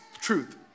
truth